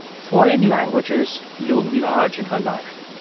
foreign languages loomed large in her life.